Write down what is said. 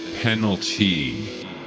penalty